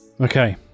Okay